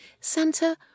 Santa